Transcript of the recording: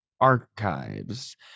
archives